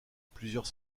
plusieurs